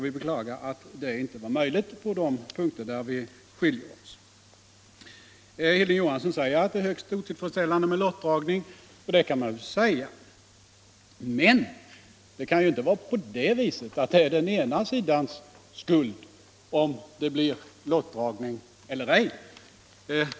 Vi beklagar att det inte har varit möjligt att vinna denna enighet på de punkter där vi nu skiljer oss. Sedan sade Hilding Johansson att det är högst otillfredsställande med lottning, och det kan jag hålla med om. Men det kan ju inte vara bara den ena sidans skuld om det blir lottdragning eller ej.